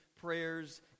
prayers